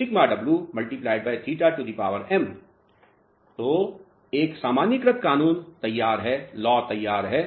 तो σ c σw θm तो एक सामान्यीकृत कानून तैयार है